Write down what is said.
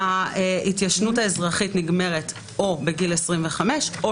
ההתיישנות האזרחית נגמרת או בגיל 25 או